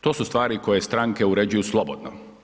To su stvari koje stranke uređuju slobodno.